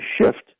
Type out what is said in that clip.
shift